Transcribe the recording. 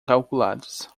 calculados